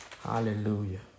Hallelujah